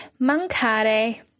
mancare